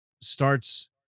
starts